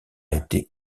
été